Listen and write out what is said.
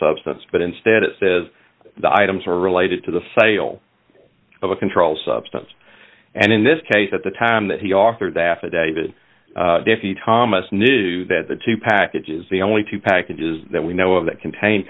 substance but instead it says the items are related to the sale of a controlled substance and in this case at the time that he authored that affidavit thomas knew that the two packages the only two packages that we know of that contain